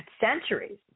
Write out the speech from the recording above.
centuries